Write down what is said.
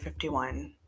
51